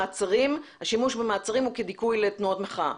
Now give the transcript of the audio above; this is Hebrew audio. השימוש במעצרים הוא כדיכוי לתנועות מחאה.